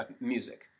music